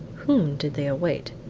whom did they await?